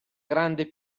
grande